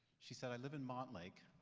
she said i live in montlake.